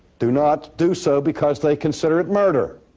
do not do so because they consider it murder.